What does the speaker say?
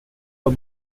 are